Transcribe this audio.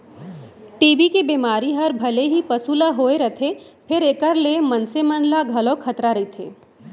TB के बेमारी हर भले ही पसु ल होए रथे फेर एकर ले मनसे मन ल घलौ खतरा रइथे